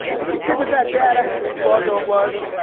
and what he did with that data flood, though it was,